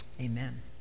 amen